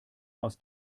aus